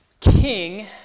king